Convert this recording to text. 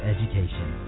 Education